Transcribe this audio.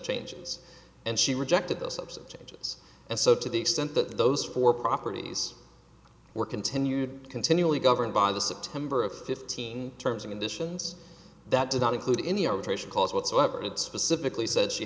changes and she rejected those upset judges and so to the extent that those four properties were continued continually governed by the september of fifteen terms of conditions that did not include any arbitration clause whatsoever it specifically said she